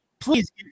Please